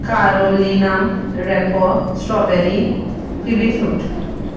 carolina repo strawberry kiwi fruit